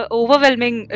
overwhelming